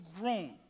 grown